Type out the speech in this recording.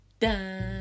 dun